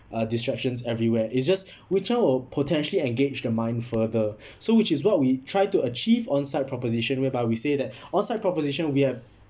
uh distractions everywhere it's just which one will potentially engage the mind further so which is what we try to achieve on side proposition whereby we say that on side proposition we have